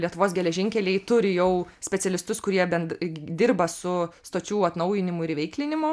lietuvos geležinkeliai turi jau specialistus kurie bent dirba su stočių atnaujinimu ir įveiklinimu